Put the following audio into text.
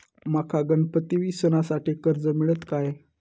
माका गणपती सणासाठी कर्ज मिळत काय?